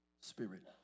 spirit